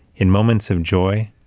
in moments of joy,